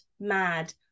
mad